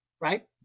Right